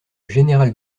général